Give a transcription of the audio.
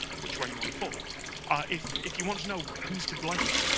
which way you want to fall if if you want to know who's to blame,